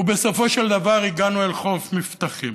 ובסופו של דבר הגענו אל חוף מבטחים.